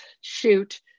shoot